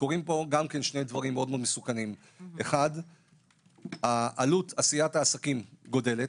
קורים פה שני דברים מאוד מאוד מסוכנים: עלות עשיית העסקים גדלה,